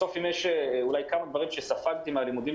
בסוף אם יש כמה דברים שספגתי מהלימודים